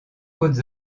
côtes